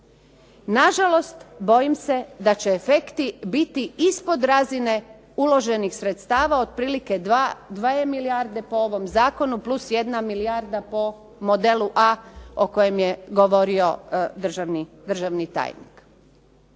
Nažalost, bojim se da će efekti biti ispod razine uloženih sredstava otprilike 2 milijarde po ovom zakonu plus 1 milijarda po modelu A o kojem je govorio državni tajnik.